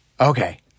Okay